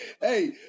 hey